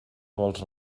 vols